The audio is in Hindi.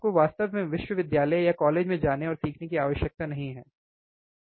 आपको वास्तव में विश्वविद्यालय या कॉलेज में जाने और सीखने की आवश्यकता नहीं है ठीक है